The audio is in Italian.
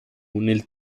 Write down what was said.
nel